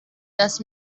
das